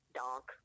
donk